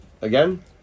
Again